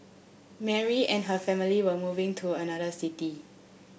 Mary and her family were moving to another city